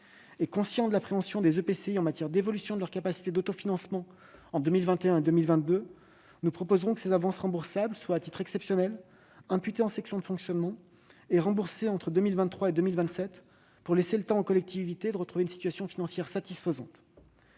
Conscients de l'appréhension des EPCI en ce qui concerne leur capacité d'autofinancement en 2021 et 2022, nous proposerons que ces avances remboursables soient, à titre exceptionnel, imputées en section de fonctionnement et remboursées entre 2023 et 2027, pour laisser aux collectivités territoriales le temps de retrouver une situation financière satisfaisante.